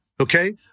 Okay